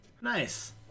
Nice